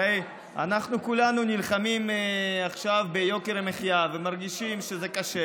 הרי אנחנו כולנו נלחמים עכשיו ביוקר המחיה ומרגישים שזה קשה.